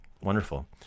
wonderful